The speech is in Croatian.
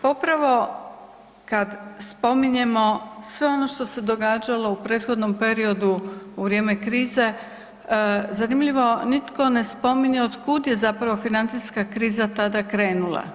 Pa upravo kad spominjemo sve ono što se događalo u prethodnom periodu u vrijeme krize, zanimljivo nitko ne spominje otkud je zapravo financijska kriza tada krenula?